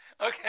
okay